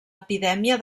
epidèmia